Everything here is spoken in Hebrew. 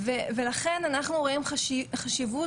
אני אגיד במשפט שמהליכי היוועצות שקיימנו עם הנוער,